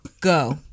go